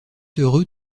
heureux